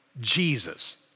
Jesus